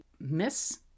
miss